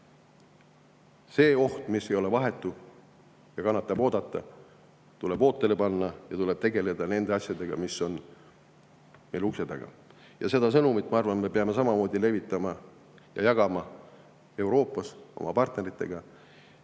See oht, mis ei ole vahetu ja kannatab oodata, tuleb ootele panna, ning tuleb tegeleda nende asjadega, mis on meil ukse taga. Seda sõnumit, ma arvan, me peame samamoodi levitama ja jagama Euroopas oma partneritega.